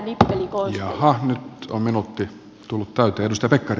jaha nyt on minuutti tullut täyteen